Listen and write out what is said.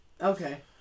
Okay